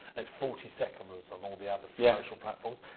it's forty seconds on all the other yeah social platforms.